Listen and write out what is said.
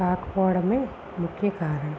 కాకపోవడం ముఖ్య కారణం